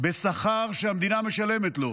בשכר שהמדינה משלמת לו,